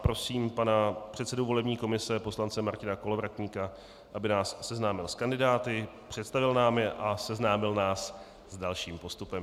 Prosím pana předsedu volební komise poslance Martina Kolovratníka, aby nás seznámil s kandidáty, představil nám je a seznámil nás s dalším postupem.